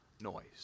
noise